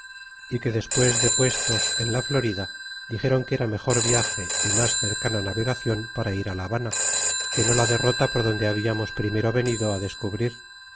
y que despues de puestos en la florida dixéron que era mejor viage é mas cercana navegacion para ir la habana que no ja derrota por donde hablamos primero venido á descubrir